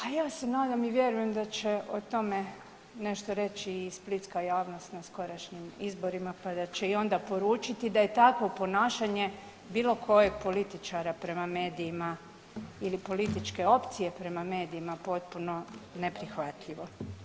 A ja se nadam i vjerujem da će o tome nešto reći i splitska javnost na skorašnjim izborima, pa da će i onda poručiti da je takvo ponašanje bilo kojeg političara prema medijima ili političke opcije prema medijima potpuno neprihvatljivo.